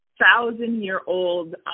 thousand-year-old